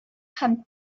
һәм